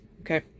Okay